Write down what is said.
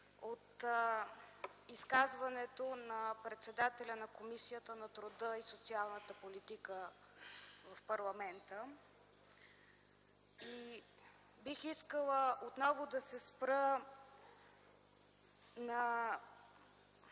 от изказването на председателя на Комисията по труда и социалната политика в парламента. Бих искала да очертая